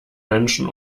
menschen